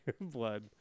blood